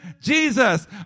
Jesus